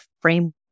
framework